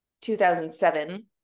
2007